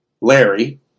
Larry